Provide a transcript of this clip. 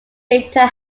data